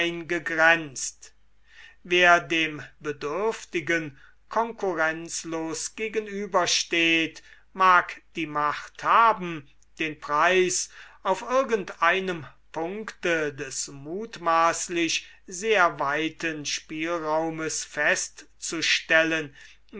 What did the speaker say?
eingegrenzt wer dem bedürftigen konkurrenzlos gegenübersteht mag die macht haben den preis auf irgend einem punkte des mutmaßlich sehr weiten spielraumes festzustellen